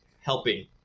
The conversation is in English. helping